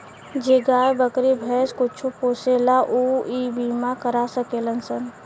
जे गाय, बकरी, भैंस कुछो पोसेला ऊ इ बीमा करा सकेलन सन